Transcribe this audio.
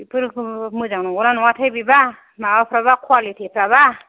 बिफोरखौ मोजां नंगौ ना नङाथाय बेबा माबाफाब्रा कुवालिथिफ्राबा